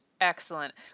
excellent